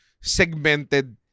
segmented